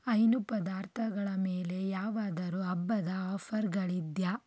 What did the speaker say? ಹೈನು ಪದಾರ್ಥಗಳ ಮೇಲೆ ಯಾವಾದರೂ ಹಬ್ಬದ ಆಫರ್ಗಳಿದೆಯಾ